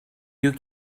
you